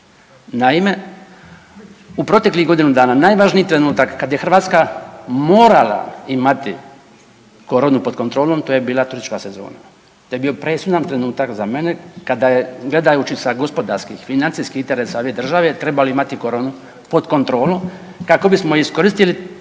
Naime, u proteklih godinu dana najvažniji trenutak kada je Hrvatska morala imati koronu pod kontrolom to je bila turistička sezona. To je bio presudan trenutak za mene kada je gledajući sa gospodarskih, financijskih interesa ove države trebalo imati koronu pod kontrolom kako bismo iskoristili ta